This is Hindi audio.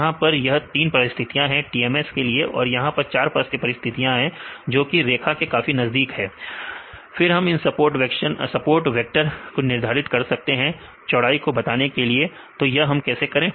यहां पर यह तीन परिस्थितियां हैं TMS के लिए और यहां यह चार परिस्थितियां हैं जो कि रेखा के काफी नजदीक है फिर हम इन सपोर्ट वेक्टर को निर्धारित कर सकते हैं चौड़ाई को बताने के लिए तो यह हम कैसे करें